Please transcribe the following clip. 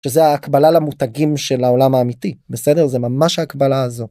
זה ההקבלה למותגים של העולם האמיתי, בסדר, זה ממש ההקבלה הזו.